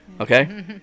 Okay